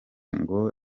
ngo